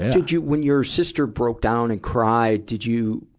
did you, when your sister broke down and cried, did you,